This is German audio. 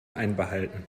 einbehalten